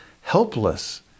helpless